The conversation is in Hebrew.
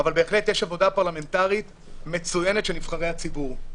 אבל בהחלט יש עבודה פרלמנטרית מצוינת של נבחרי הציבור.